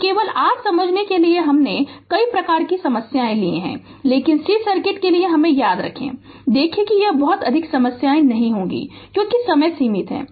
तो केवल r समझने के लिए हमने कई प्रकार की समस्याएँ ली हैं लेकिन c सर्किट के लिए याद रखें देखें कि यह बहुत अधिक समस्याएं नहीं होंगी क्योंकि समय सीमित है